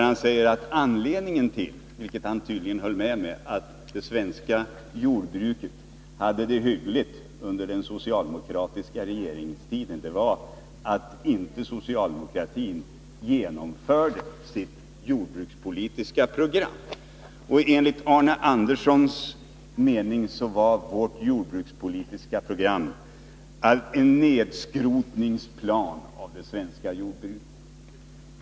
Han säger att anledningen till att det svenska jordbruket hade det hyggligt under den socialdemokratiska regeringstiden — han höll tydligen med mig om det — var att socialdemokratin inte genomförde sitt jordbrukspolitiska program. Enligt Arne Anderssons mening var vårt jordbrukspolitiska program en nedskrotningsplan för det svenska jordbruket.